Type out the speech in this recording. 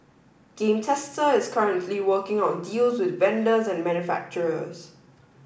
game Tester is currently working on deals with vendors and manufacturers